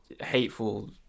hateful